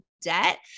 Debt